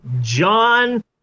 John